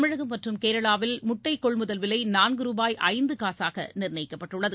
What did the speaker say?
தமிழகம் மற்றும் கேரளாவில் முட்டை கொள்முதல் விலை நான்கு ரூபாய் ஐந்து காசாக நிர்ணயிக்கப்பட்டுள்ளது